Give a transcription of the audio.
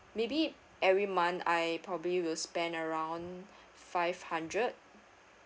maybe every month I probably will spend around five hundred